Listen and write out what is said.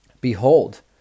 Behold